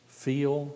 feel